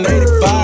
85